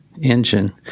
engine